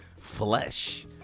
flesh